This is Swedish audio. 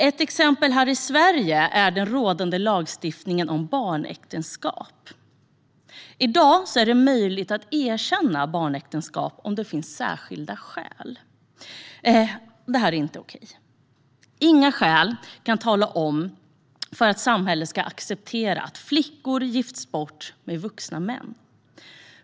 Ett exempel här i Sverige är den rådande lagstiftningen om barnäktenskap. I dag är det möjligt att erkänna barnäktenskap om det finns särskilda skäl. Detta är inte okej. Inga skäl kan tala för att samhället ska acceptera att flickor gifts bort med vuxna män.